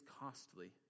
costly